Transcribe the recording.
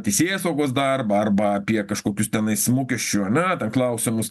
teisėsaugos darbą arba apie kažkokius tenais mokesčių ar ne ten klausimus